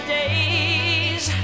days